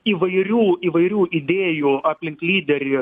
įvairių įvairių idėjų aplink lyderį